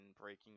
breaking